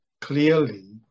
clearly